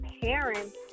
parents